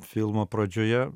filmo pradžioje